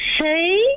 say